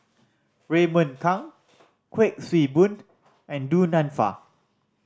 Raymond Kang Kuik Swee Boon and Du Nanfa